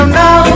now